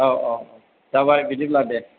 औ औ औ जाबाय बिदिब्ला दे